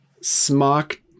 smock